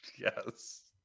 Yes